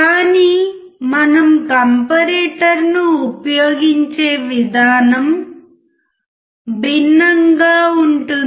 కానీ మనం కంపారిటర్ను ఉపయోగించే విధానం భిన్నంగా ఉంటుంది